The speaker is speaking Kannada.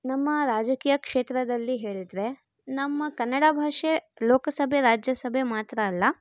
ನಮ್ಮ ರಾಜಕೀಯ ಕ್ಷೇತ್ರದಲ್ಲಿ ಹೇಳಿದರೆ ನಮ್ಮ ಕನ್ನಡ ಭಾಷೆ ಲೋಕಸಭೆ ರಾಜ್ಯಸಭೆ ಮಾತ್ರ ಅಲ್ಲ